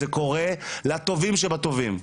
זה קורה גם לטובים שבטובים.